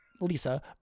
Lisa